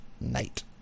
night